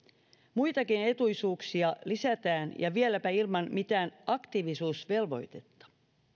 muitakin etuisuuksia lisätään ja vieläpä ilman mitään aktiivisuusvelvoitetta